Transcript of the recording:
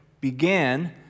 began